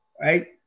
Right